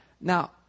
Now